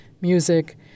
music